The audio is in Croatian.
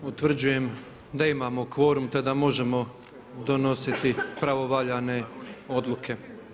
Utvrđujem da imamo kvorum te da možemo donositi pravovaljane odluke.